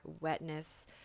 wetness